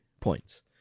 points